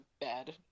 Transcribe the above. bad